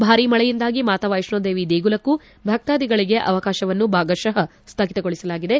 ಭಾರಿ ಮಳೆಯಿಂದಾಗಿ ಮಾತಾ ವೈಹ್ಣೋದೇವಿ ದೇಗುಲಕ್ಕೂ ಭಕ್ತಾಧಿಗಳಿಗೆ ಅವಕಾಶವನ್ನು ಭಾಗಶಃ ಸ್ಥಗಿತಗೊಳಿಸಲಾಗಿದೆ